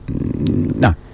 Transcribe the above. No